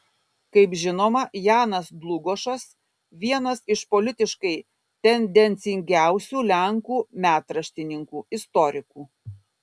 kaip žinoma janas dlugošas vienas iš politiškai tendencingiausių lenkų metraštininkų istorikų